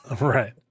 right